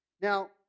Now